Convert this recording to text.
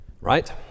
right